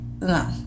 no